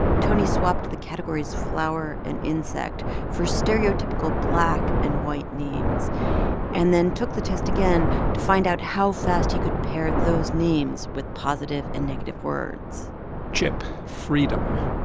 tony swapped the categories flower and insect for stereotypical black and white names and then took the test again to find out how fast he could parrot those names with positive and negative words chip, freedom.